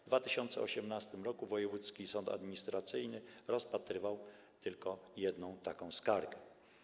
W 2018 r. Wojewódzki Sąd Administracyjny rozpatrywał tylko jedną taką skargę.